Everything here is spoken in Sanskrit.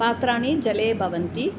पात्राणि जले भवन्ति